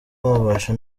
wabasha